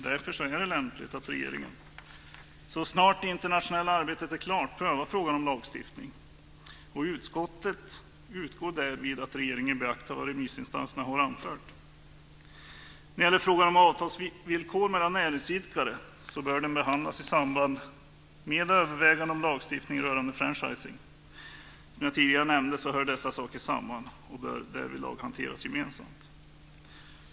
Därför är det lämpligt att regeringen så snart det internationella arbetet är klart prövar frågan om lagstiftning. Utskottet utgår från att regeringen beaktar vad remissinstanserna har anfört. Frågan om avtalsvillkor mellan näringsidkare bör behandlas i samband med överväganden om lagstiftning rörande franchising. Som jag tidigare nämnde hör dessa saker samman och bör därvidlag hanteras gemensamt.